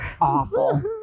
awful